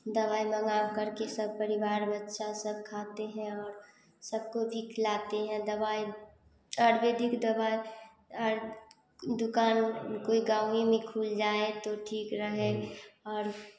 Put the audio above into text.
दवाई मंगा कर के सब परिवार बच्चा सब खाते हैं और सबको दिखलाते हैं दबाई आयुर्वेदिक दवाई दुकान कोई गाँवे में खुल जाय तो ठीक रहे और